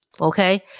Okay